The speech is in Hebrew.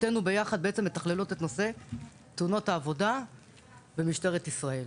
שתינו ביחד מתכללות את נושא תאונות העבודה במשטרת ישראל.